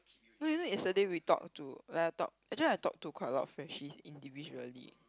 no you know yesterday we talk to like I talk actually I talk to quite a lot of friend she's individually